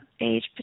age